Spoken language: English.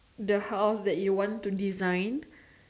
the house that you want to design